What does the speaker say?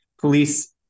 police